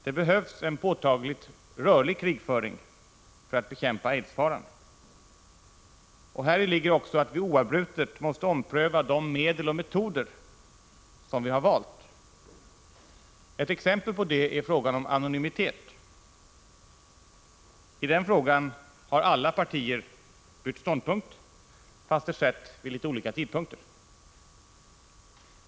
Det behövs en påtagligt rörlig krigföring för att bekämpa aidsfaran, och häri ligger också att vi oavbrutet måste ompröva vårt val av medel och metoder. Ett exempel på detta är frågan om anonymitet. I denna fråga har alla partier bytt ståndpunkt, även om detta har skett vid litet olika tidpunkter.